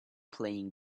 playing